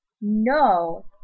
No